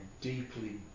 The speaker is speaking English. deeply